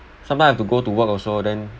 sometime I have to go to work also then